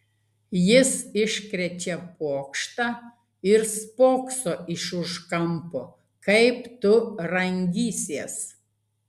jis iškrečia pokštą ir spokso iš už kampo kaip tu rangysies